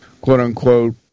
quote-unquote